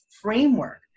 framework